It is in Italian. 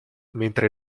mentre